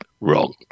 wrong